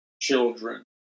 children